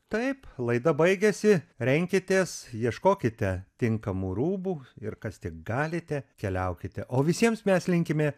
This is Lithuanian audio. taip laida baigėsi renkitės ieškokite tinkamų rūbų ir kas tik galite keliaukite o visiems mes linkime